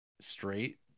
straight